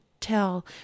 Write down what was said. tell